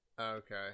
Okay